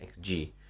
XG